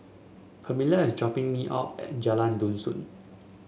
Permelia is dropping me off at Jalan Dusun